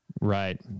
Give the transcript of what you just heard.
Right